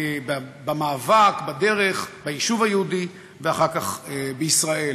במאבק, בדרך, ביישוב היהודי ואחר כך בישראל.